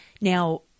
Now